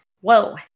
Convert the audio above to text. whoa